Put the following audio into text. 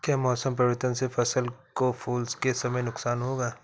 क्या मौसम परिवर्तन से फसल को फूल के समय नुकसान होगा?